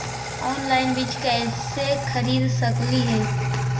Online बीज कईसे खरीद सकली हे?